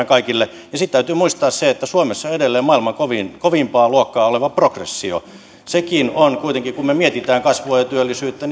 kaikille ja sitten täytyy muistaa se että suomessa on edelleen maailman kovinta luokkaa oleva progressio silläkin on kuitenkin merkityksensä kun me mietimme kasvua ja työllisyyttä